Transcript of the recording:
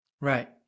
Right